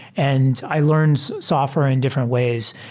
and i learned software in different ways.